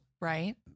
Right